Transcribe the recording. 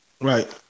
Right